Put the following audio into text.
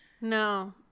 no